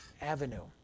avenue